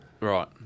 Right